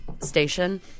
station